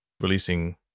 releasing